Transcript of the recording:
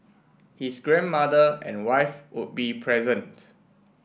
his grandmother and wife would be present